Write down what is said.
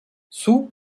sow